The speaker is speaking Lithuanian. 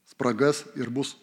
spragas ir bus